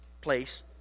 place